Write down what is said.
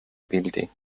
pildi